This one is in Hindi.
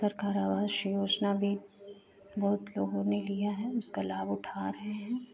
सरकार आवास योजना भी बहुत लोगों ने लिया है उसका लाभ उठा रहे हैं